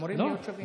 אמורים להיות שווים.